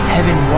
Heaven